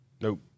Nope